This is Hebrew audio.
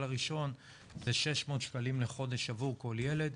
הראשון ב-600 שקלים לחודש עבור כל ילד,